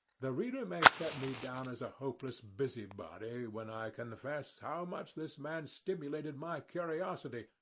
the reader may set me down as a hopeless busybody, when i confess how much this man stimulated my curiosity,